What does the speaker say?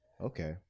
Okay